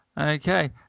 Okay